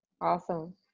awesome